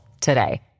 today